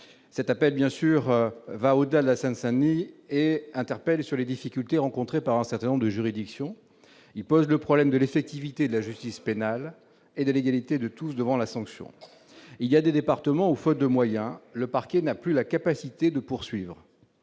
bien sûr va au-delà de la Seine-Saint-Denis et interpellé sur les difficultés rencontrées par un certain nombre de juridictions, il pose le problème de l'effectivité de la justice pénale et de l'égalité de tous devant la sanction il y a des départements où, faute de moyens, le parquet n'a plus la capacité de poursuivre